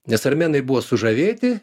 nes armėnai buvo sužavėti